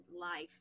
life